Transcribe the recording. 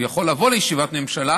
הוא יכול לבוא לישיבת ממשלה,